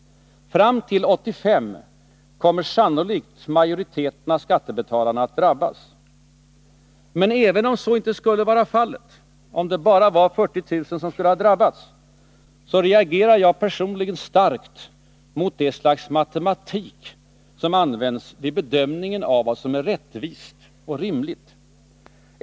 Fram till 1985 kommer sannolikt majoriteten av skattebetalarna att drabbas. Men även om så inte skulle vara fallet, om det alltså bara är 40 000 som skulle drabbas, reagerar jag personligen starkt mot det slags matematik som används vid bedömningen av vad som är rättvist och rimligt.